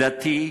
דתי,